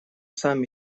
сам